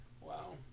Wow